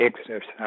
exercise